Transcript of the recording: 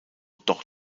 doch